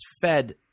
fed